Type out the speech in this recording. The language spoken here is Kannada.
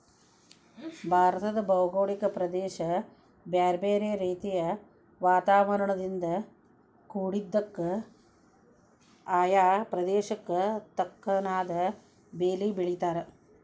ಭಾರತದ ಭೌಗೋಳಿಕ ಪ್ರದೇಶ ಬ್ಯಾರ್ಬ್ಯಾರೇ ರೇತಿಯ ವಾತಾವರಣದಿಂದ ಕುಡಿದ್ದಕ, ಆಯಾ ಪ್ರದೇಶಕ್ಕ ತಕ್ಕನಾದ ಬೇಲಿ ಬೆಳೇತಾರ